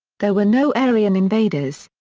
there were no aryan invaders.